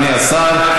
אדוני השר.